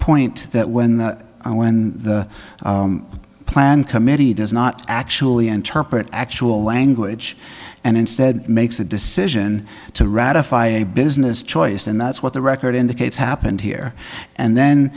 point that when the when the plan committee does not actually interpret actual language and instead makes a decision to ratify a business choice and that's what the record indicates happened here and then